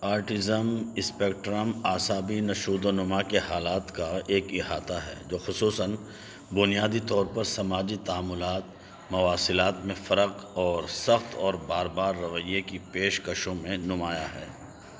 autism spectrum اعصابی نشودونما کے حالات کا ایک احاطہ ہے جو خصوصاََ بنیادی طور پر سماجی تعاملات مواصلات میں فرق اور سخت اور بار بار رویے کی پیشکشوں میں نمایاں ہیں